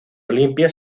olimpia